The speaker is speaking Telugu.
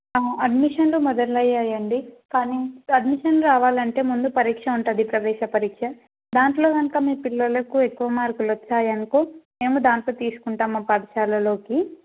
అడ్మిషన్లు మొదలయ్యాయి అండి కానీ అడ్మిషన్ రావాలంటే ముందు పరీక్ష ఉంటుంది ప్రవేశ పరీక్ష దాంట్లో గనుక మీ పిల్లలకు ఎక్కువ మార్కులు వచ్చాయనుకో మేము దాంతో తీసుకుంటాం మా పాఠశాలలోకి